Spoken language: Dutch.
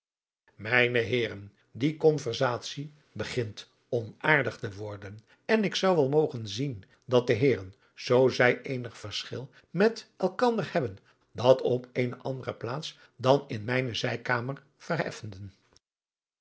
mijne heeren die conversatie begint onaardig te worden en ik zou wel mogen zien dat de heeren zoo zij eenig verschil met elkander hebben dat op eene adriaan loosjes pzn het leven van johannes wouter blommesteyn andere plaats dan in mijne zijkamer